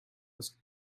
was